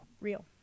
real